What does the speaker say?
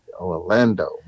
orlando